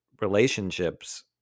relationships